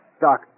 Doc